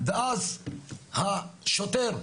ואז השוטר,